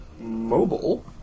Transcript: mobile